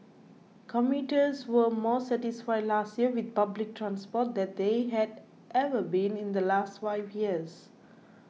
commuters were more satisfied last year with public transport than they had ever been in the last five years